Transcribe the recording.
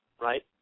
right